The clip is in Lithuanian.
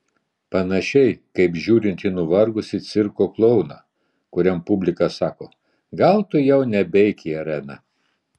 panašiai kaip žiūrint į nuvargusį cirko klouną kuriam publika sako gal tu jau nebeik į areną